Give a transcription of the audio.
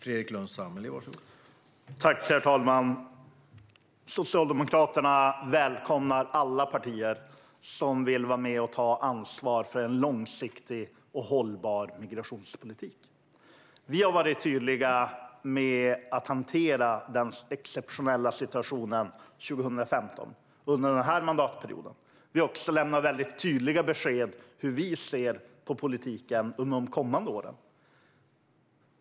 Herr talman! Socialdemokraterna välkomnar alla partier som vill vara med och ta ansvar för en långsiktig och hållbar migrationspolitik. Vi har hanterat den exceptionella situationen 2015. Vi har också lämnat väldigt tydliga besked om hur vi ser på politiken under de kommande åren.